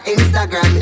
Instagram